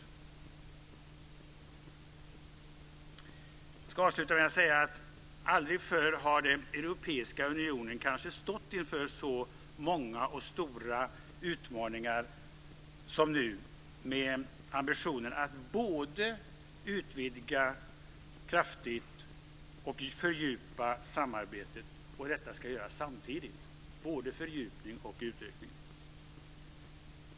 Jag ska avsluta med att säga att aldrig förr har den europeiska unionen stått inför så många och stora utmaningar som nu, med ambitionen att både utvidga kraftigt och fördjupa samarbetet. Detta ska göras samtidigt, både fördjupning och utvidgning.